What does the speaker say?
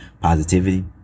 positivity